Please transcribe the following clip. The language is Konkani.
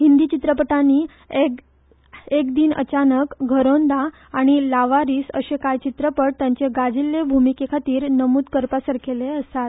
हिंदी चित्रपटानी एक दिन अचानक घरोंदा आनी लावारिस अशे काय चित्रपट तांचे गाजिछ्ठे भुमिकेखातीर नमूद करपासारके आसात